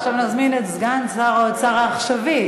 סגן שר האוצר לשעבר,